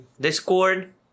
Discord